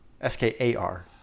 S-K-A-R